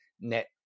net